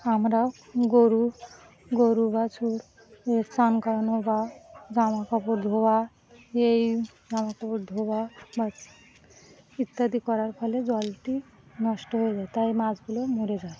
আমরা গরু গরু বাছুর এর স্নান করানো বা জামা কাপড় ধোয়া এই জামা কাপড় ধোয়া বা ইত্যাদি করার ফলে জলটি নষ্ট হয়ে যায় তাই মাছগুলো মরে যায়